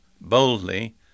boldly